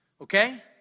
okay